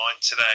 today